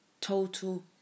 total